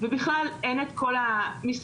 ובכלל אין את כל מה שמסביב.